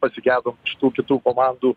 pasigedom iš tų kitų komandų